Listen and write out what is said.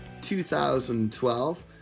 2012